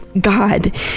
God